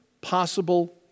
possible